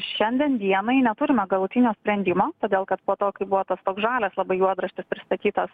šiandien dienai neturime galutinio sprendimo todėl kad po to kai buvo tas toks žalias labai juodraštis pristatytas